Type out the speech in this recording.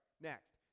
next